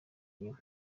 nyuma